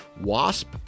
Wasp